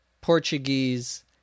Portuguese